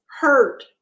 hurt